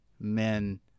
men